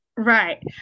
Right